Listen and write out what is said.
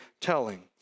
telling